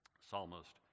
psalmist